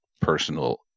personal